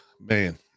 Man